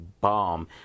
bomb